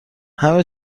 همه